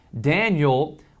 Daniel